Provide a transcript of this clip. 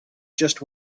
just